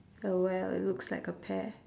uh well it looks like a pear